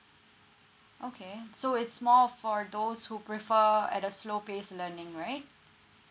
okay so it's more for those who prefer at a slow paced learning right